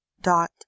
dot